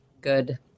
good